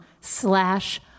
slash